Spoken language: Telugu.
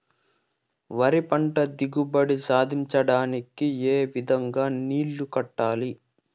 వరి పంట దిగుబడి సాధించడానికి, ఏ విధంగా నీళ్లు కట్టాలి?